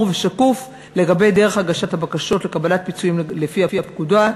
ושקוף לגבי דרך הגשת הבקשות לקבלת פיצויים לפי הפקודה,